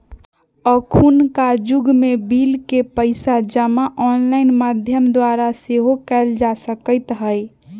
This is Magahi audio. अखुन्का जुग में बिल के पइसा जमा ऑनलाइन माध्यम द्वारा सेहो कयल जा सकइत हइ